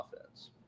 offense